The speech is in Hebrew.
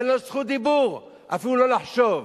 אין לו זכות דיבור אפילו לא לחשוב.